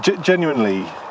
genuinely